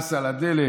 מס על הדלק,